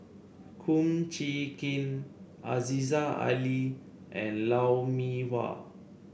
Kum Chee Kin Aziza Ali and Lou Mee Wah